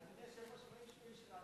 אדוני היושב-ראש,